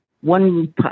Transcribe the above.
one